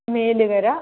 Melukara